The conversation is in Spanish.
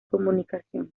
comunicación